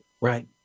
right